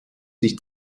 sich